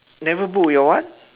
never book your what